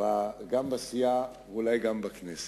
גם בסיעה ואולי גם בכנסת,